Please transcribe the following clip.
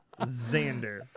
Xander